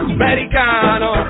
americano